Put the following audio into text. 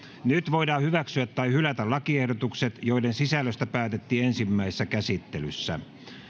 nyt voidaan hyväksyä tai hylätä lakiehdotukset joiden sisällöstä päätettiin ensimmäisessä käsittelyssä